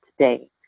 today